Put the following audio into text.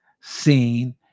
seen